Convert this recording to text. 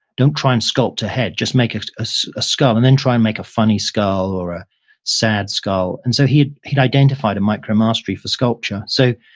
don't try and sculpt a head, just make a a so skull and then try and make a funny skull or a sad skull. and so he he identified a micromastery for sculpture. so